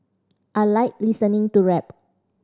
I like listening to rap